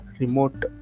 remote